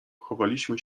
chowaliśmy